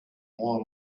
more